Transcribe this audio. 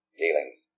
dealings